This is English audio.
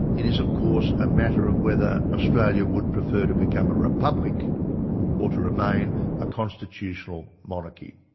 it is of course a matter of whether australia would prefer to become a republic or to remain a constitutional monarchy.